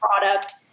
product